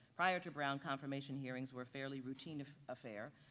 prior to brown, confirmation hearings were fairly routine affair.